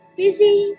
busy